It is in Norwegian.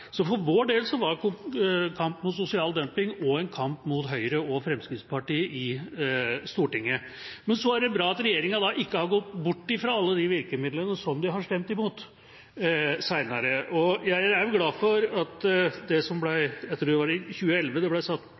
Så for vår del var kampen mot sosial dumping også en kamp mot Høyre og Fremskrittspartiet i Stortinget. Men så er det bra at regjeringa senere ikke har gått bort fra alle de virkemidlene som de har stemt imot. Og jeg er jo glad for at det ble satt i gang – jeg tror det var i 2011